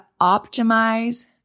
optimize